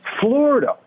Florida